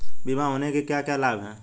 बीमा होने के क्या क्या लाभ हैं?